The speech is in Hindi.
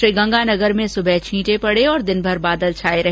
श्रीगंगानगर में सुबह छींटे पड़े और दिनभर बादल छाए रहे